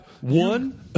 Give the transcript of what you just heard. one